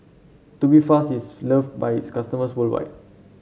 Tubifast is loved by its customers worldwide